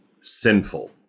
sinful